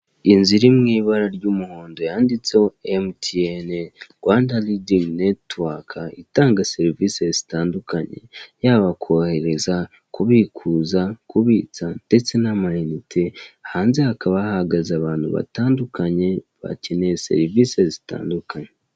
Inzu iri mu ibara ry'umuhondo yanditseho MTN Rwanda Leading Network, itanga serivisi zitandukanye, yaba kohereza , kubikuza, kubitsa ndetse n'amayinite, hanze hakaba hahagaze abantu batandukanye, bakeneye serivisi zitandukanye.